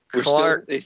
Clark